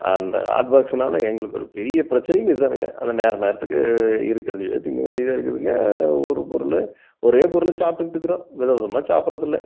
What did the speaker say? அந்த ஹாட் பாக்ஸ்னால் எங்களுக்கு ஒரு பெரிய பிரச்சினையும் இதுதானுங்க அதுதான் நேர நேரத்துக்கு இருக்கிறதையே திங்க வேண்டியதாக இருக்குதுங்க ஒரு ஒரு ஒரே பொருளை சாப்பிட்டுகுட்டு இருக்கிறோம் வித விதமாக சாப்பிட்றது இல்லை